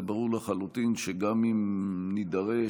זה ברור לחלוטין שגם אם נידרש,